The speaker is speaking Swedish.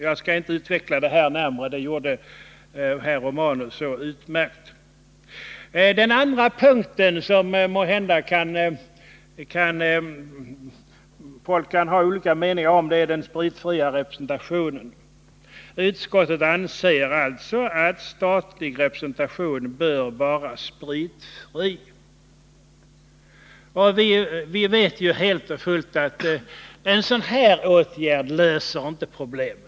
Jag skall inte utveckla detta närmare — det gjorde herr Romanus på ett utmärkt sätt. Den andra punkt som folk måhända kan ha olika meningar om gäller den spritfria representationen. Utskottet anser att den statliga representationen bör vara spritfri. Vi vet helt och fullt att en sådan åtgärd inte löser problemen.